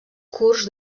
curts